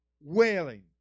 wailing